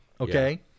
okay